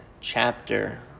chapter